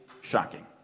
shocking